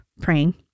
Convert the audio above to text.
praying